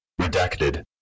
Redacted